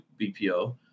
BPO